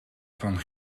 van